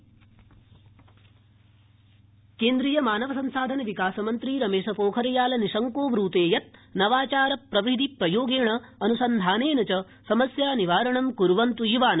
प्रशासनम् नवाचार मानव संसाधनविकासमन्त्री रमेशपोखरियालनिशंको ब्र्ते यत् नवाचार प्रविधि प्रयोगेणा अनुसन्धानेन च समस्या निवारणं कुर्वन्तु युवान